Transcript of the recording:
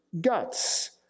guts